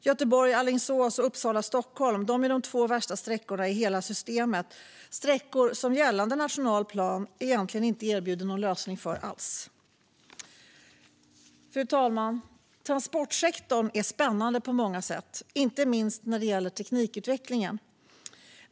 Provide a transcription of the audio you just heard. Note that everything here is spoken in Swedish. Göteborg-Alingsås och Uppsala-Stockholm är de två värsta sträckorna i hela systemet, och gällande nationell plan erbjuder egentligen inte någon lösning alls för dessa sträckor. Fru talman! Transportsektorn är spännande på många sätt, inte minst när det gäller teknikutvecklingen.